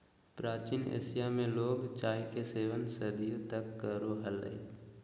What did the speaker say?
प्राचीन एशिया में लोग चाय के सेवन सदियों तक करो हलय